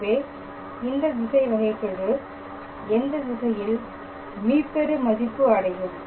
எனவே இந்த திசைவகைகெழு எந்த திசையில் மீப்பெரு மதிப்பு அடையும்